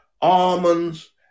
almonds